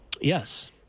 Yes